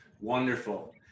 Wonderful